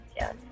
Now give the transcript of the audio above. yes